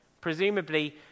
presumably